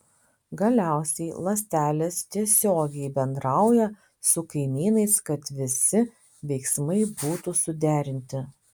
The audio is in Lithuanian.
galiausiai ląstelės tiesiogiai bendrauja su kaimynais kad visi veiksmai būtų suderinti